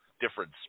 difference